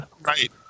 Right